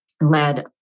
led